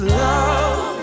love